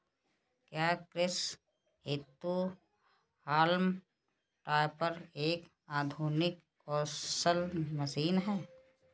क्या कृषि हेतु हॉल्म टॉपर एक आधुनिक कुशल मशीन है?